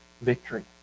victory